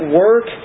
work